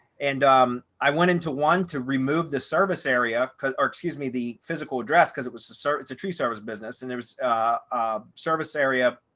and um i went into one to remove the service area because or excuse me the physical address because it was a sir, it's a tree service business. and there's a service area.